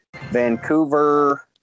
Vancouver